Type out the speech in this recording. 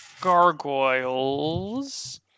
gargoyles